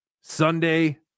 sunday